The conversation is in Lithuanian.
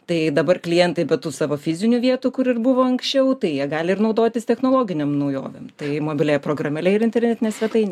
tai dabar klientai be tų savo fizinių vietų kur ir buvo anksčiau tai jie gali ir naudotis technologinėm naujovėm tai mobiliąja programėle ir internetine svetaine